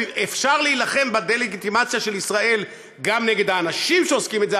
אפשר להילחם בדה-לגיטימציה של ישראל גם נגד האנשים שעושים את זה,